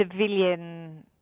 civilian